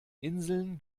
inseln